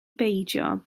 beidio